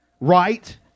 right